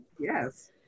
Yes